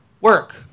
work